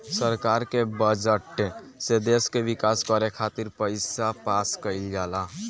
सरकार के बजट से देश के विकास करे खातिर पईसा पास कईल जाला